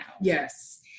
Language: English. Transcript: Yes